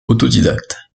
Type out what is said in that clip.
autodidacte